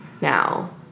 Now